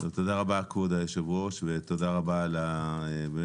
תודה רבה כבוד היו"ר ותודה רבה על החיזוקים.